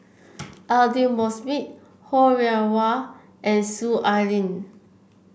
Aidli Mosbit Ho Rih Hwa and Soon Ai Ling